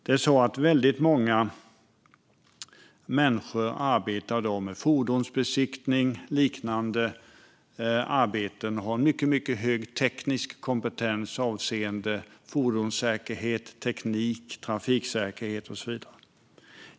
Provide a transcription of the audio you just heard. Det är så att väldigt många människor arbetar med fordonsbesiktning eller liknande arbeten och har mycket hög teknisk kompetens avseende fordonssäkerhet, teknik, trafiksäkerhet och så vidare.